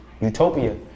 utopia